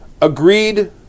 agreed